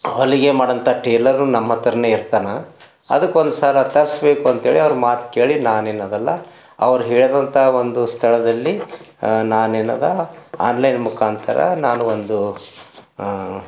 ಹೊಲಿಗೆ ಮಾಡೋಂಥ ಟೇಲರ್ರು ನಮ್ಮ ಹತ್ರನೇ ಇರ್ತಾನೆ ಅದಕ್ಕೆ ಒಂದ್ಸಲ ತರಿಸ್ಬೇಕು ಅಂಥೇಳಿ ಅವ್ರ ಮಾತು ಕೇಳಿ ನಾನು ಏನದಲ್ಲ ಅವ್ರು ಹೇಳಿದಂತ ಒಂದು ಸ್ಥಳದಲ್ಲಿ ನಾನು ಏನಾದ್ರೂ ಆನ್ಲೈನ್ ಮುಖಾಂತರ ನಾನು ಒಂದು